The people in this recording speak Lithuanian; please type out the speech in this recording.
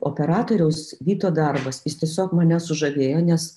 operatoriaus vyto darbas jis tiesiog mane sužavėjo nes